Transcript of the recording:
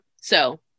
So-